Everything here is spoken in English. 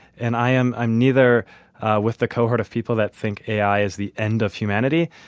and i am am neither with the cohort of people that think ai is the end of humanity,